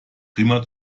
prima